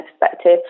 perspective